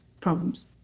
problems